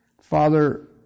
Father